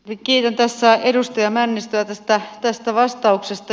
kiitän tässä edustaja männistöä tästä vastauksesta